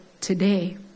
today